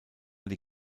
die